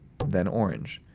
then orange.